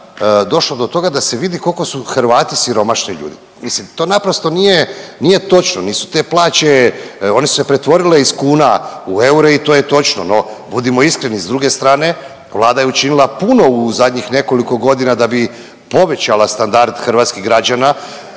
došlo do toga da se vidi koliko su Hrvati siromašni ljudi. Mislim to naprosto nije, nije točno, nisu te plaće, one su se pretvorile iz kuna u eure i to je točno, no budimo iskreni s druge strane Vlada je učinila puno u zadnjih nekoliko godina da bi povećala standard hrvatskih građana.